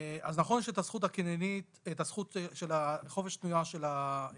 אז נכון שיש את זכות חופש התנועה של החייב,